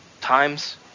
times